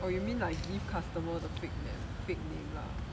oh you mean like give customer the fake the fake name lah